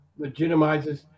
legitimizes